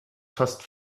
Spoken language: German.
fast